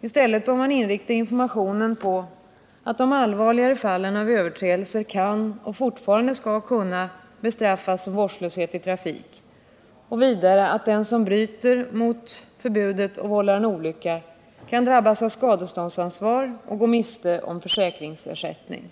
I stället bör man inrikta informationen på att de allvarligare fallen av överträdelser kan och fortfarande skall kunna bestraffas som vårdslöshet i trafik liksom på att den som bryter mot förbudet och vållar en olycka kan drabbas av skadeståndsansvar och gå miste om försäkringsersättning.